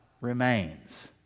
remains